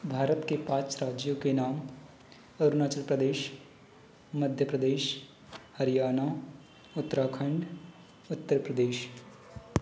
भारत के पाँच राज्यों के नाम अरुणाचल प्रदेश मध्य प्रदेश हरियाणा उत्तराखंड उत्तर प्रदेश